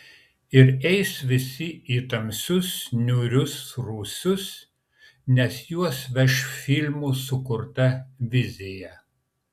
ir eis visi į tamsius niūrius rūsius nes juos veš filmų sukurta vizija